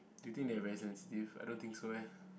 do you think they are very sensitive I don't think so eh